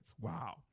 Wow